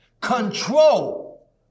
control